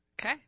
Okay